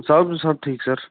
ਸਭ ਸਭ ਠੀਕ ਸਰ